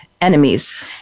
enemies